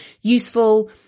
useful